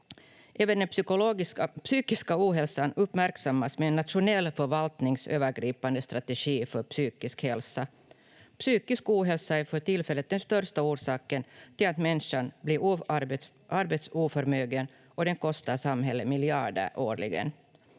psykiska ohälsan uppmärksammas med en nationell förvaltningsövergripande strategi för psykisk hälsa. Psykisk ohälsa är för tillfället den största orsaken till att människan blir arbetsoförmögen och den kostar samhället miljarder årligen.